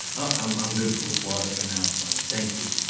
um i'm good with water for now, though, thank you.